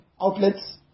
outlets